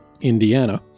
Indiana